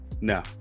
No